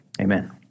Amen